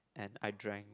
and I drank